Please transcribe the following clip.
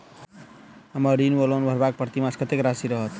हम्मर ऋण वा लोन भरबाक प्रतिमास कत्तेक राशि रहत?